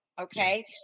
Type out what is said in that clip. Okay